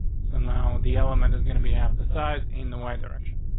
now the element is gonna be half the size in the y direction.